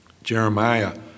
Jeremiah